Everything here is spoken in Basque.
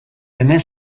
hemen